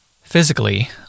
Physically